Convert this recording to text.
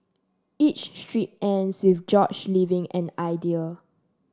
each strip ends with George leaving an idea